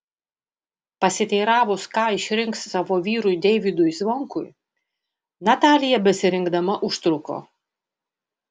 pasiteiravus ką išrinks savo vyrui deivydui zvonkui natalija besirinkdama užtruko